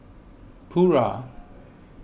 Pura